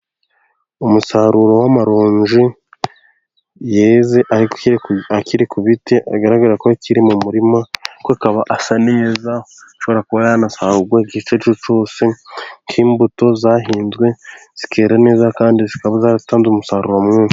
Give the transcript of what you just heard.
Umusaruro w'amaronji yeze ariko akiri ku biti agaragara ko akiri mu murima ariko akaba asa neza, ashobora kuba yanasanga igihe icyo ari cyo cyose ,nk'imbuto zahinzwe zikera neza kandi zikaba zaratanze umusaruro mwinshi.